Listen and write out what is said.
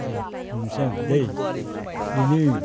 दे बुंनोसै आं दै बेनो